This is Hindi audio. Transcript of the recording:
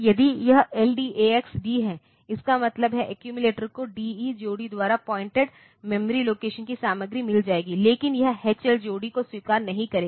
यदि यह LDAX D है इसका मतलब है एक्यूमिलेटर को डीई जोड़ी द्वारा पॉइंटेड मेमोरी लोकेशन की सामग्री मिल जाएगी लेकिन यह HL जोड़ी को स्वीकार नहीं करेगा